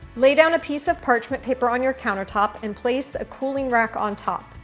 lay down a piece of parchment paper on your countertop and place a cooling rack on top.